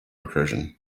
recursion